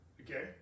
Okay